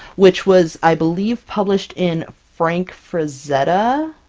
which was, i believe, published in frank frazetta?